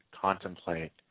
contemplate